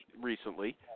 recently